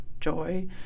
joy